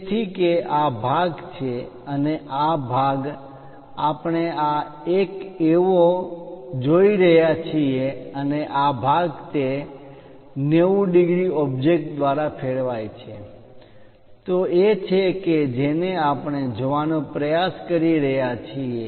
તેથી કે આ ભાગ છે અને આ ભાગ આપણે આ એક જેવો જોઈ રહ્યા છીએ અને આ ભાગ તે 90 ડિગ્રી ઓબ્જેક્ટ દ્વારા ફેરવાય છે તે એ છે કે જેને આપણે જોવાનો પ્રયાસ કરી રહ્યા છીએ